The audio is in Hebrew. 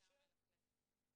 או אפילו